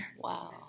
Wow